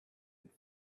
and